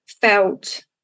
felt